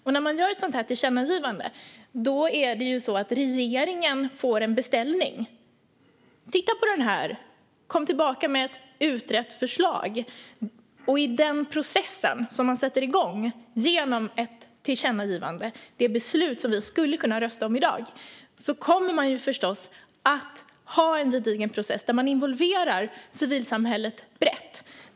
När riksdagen gör ett sådant tillkännagivande får regeringen en beställning att titta på frågan och återkomma med ett utrett förslag. Processen som man sätter i gång genom ett tillkännagivande - det beslut vi skulle kunna rösta om i dag - blir förstås gedigen och civilsamhället involveras brett.